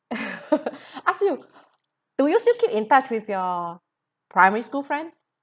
ask you do you still keep in touch with your primary school friend